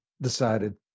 decided